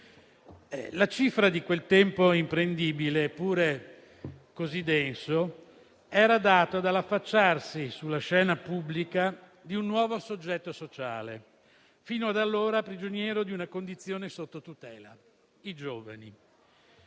La cifra di quel tempo imprendibile eppure così denso, era data dall'affacciarsi sulla scena pubblica di un nuovo soggetto sociale fino ad allora prigioniero di una condizione sotto tutela: i giovani.